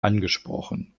angesprochen